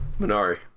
Minari